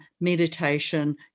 meditation